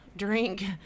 drink